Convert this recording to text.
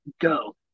go